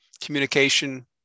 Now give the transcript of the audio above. Communication